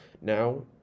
now